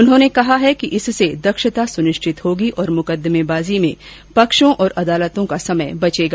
उन्होंने कहा कि इससे दक्षता सुनिश्चित होगी और मुकदमेबाजी के पक्षों तथा अदालतों का समय बचेगा